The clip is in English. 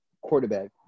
quarterback